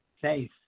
faith